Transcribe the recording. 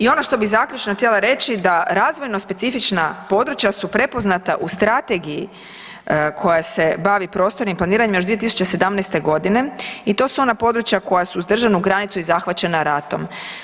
I ono što bi zaključno htjela reći da razvojno specifična područja su prepoznata u strategiji koja se bavi prostornim planiranjem još 2017. g. i to su ona područja koja su uz državnu granicu i zahvaćena ratom.